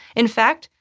in fact,